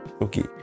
okay